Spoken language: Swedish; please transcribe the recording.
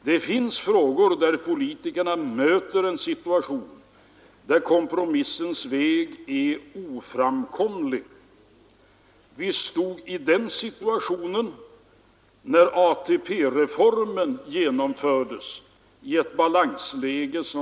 Det finns frågor där politikerna möter en situation där kompromissens väg är oframkomlig.